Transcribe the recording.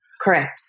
Correct